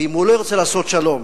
ואם הוא לא ירצה לעשות שלום,